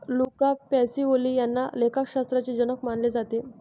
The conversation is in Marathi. लुका पॅसिओली यांना लेखाशास्त्राचे जनक मानले जाते